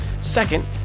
Second